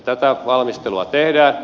tätä valmistelua tehdään